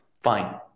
fine